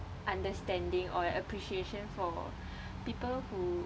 understanding or appreciation for people who